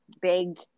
big